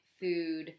food